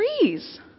trees